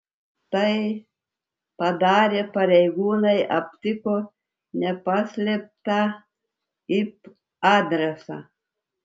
tai padarę pareigūnai aptiko nepaslėptą ip adresą